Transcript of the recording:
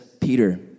Peter